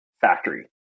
factory